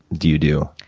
do you do?